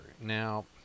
Now